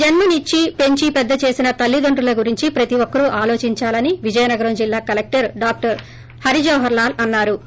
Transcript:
జన్మనిచ్చి పెంచి పెద్ద చేసిన తల్లితండ్రుల గురించి ప్రతి ఒక్కరు ఆలోచించాలని విజయనగరం జిల్లా కలెక్షర్ డాక్షర్ హరిజవహర్ లాల్ అన్నా రు